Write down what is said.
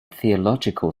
theological